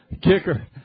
Kicker